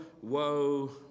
woe